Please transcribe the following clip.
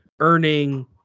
earning